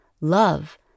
love